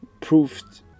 proved